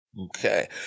Okay